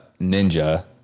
ninja